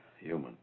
Human